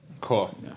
Cool